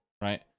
right